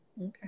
Okay